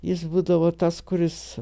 jis būdavo tas kuris